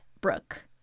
Brooke